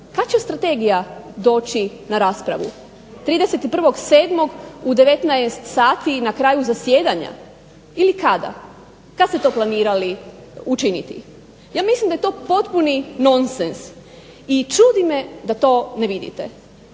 kad će strategija doći na raspravu? 31.7. u 19 sati na kraju zasjedanja ili kada? Kad ste to planirali učiniti? Ja mislim da je to potpuni nonsens i čudi me da to ne vidite.